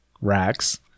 racks